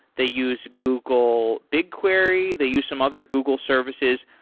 they use google bigquery. they use some other google services.